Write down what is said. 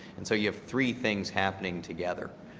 and so you have three things happening together.